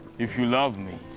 if you love me,